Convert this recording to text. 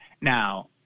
Now